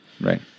right